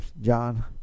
John